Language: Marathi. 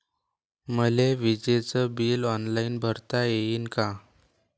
मले विजेच बिल ऑनलाईन भरता येईन का?